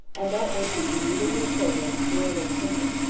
and that they should be neither his children, nor of his kindred,